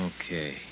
Okay